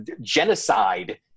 Genocide